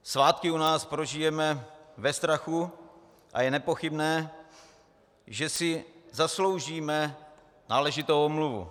Svátky u nás prožijeme ve strachu a je nepochybné, že si zasloužíme náležitou omluvu.